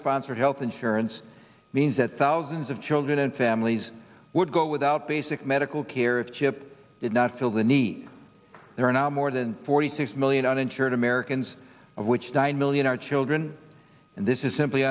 sponsored health insurance means that thousands of children and families would go without basic medical care if chip did not fill the need there are now more than forty six million uninsured americans of which died million are children and this is simply